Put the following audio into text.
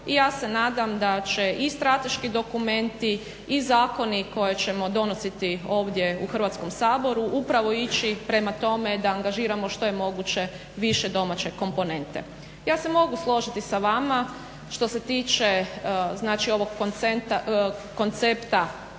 I ja se nadam da će i strateški dokumenti, i zakoni koje ćemo donositi ovdje u Hrvatskom saboru upravo ići prema tome da angažiramo što je moguće više domaće komponente. Ja se mogu složiti sa vama, što se tiče znači ovog koncepta